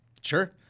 Sure